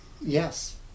Yes